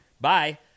Bye